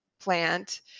plant